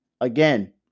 again